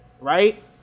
right